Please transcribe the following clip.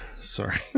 sorry